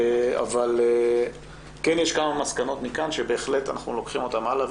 אבל כן יש כמה מסקנות מכאן שבהחלט אנחנו לוקחים אותן הלאה.